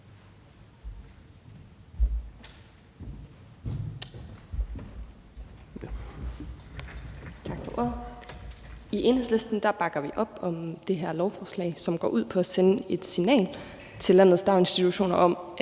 Tak for ordet. I Enhedslisten bakker vi op om det her lovforslag, som går ud på at sende et signal til landets daginstitutioner om,